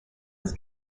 was